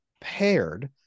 paired